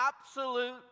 absolute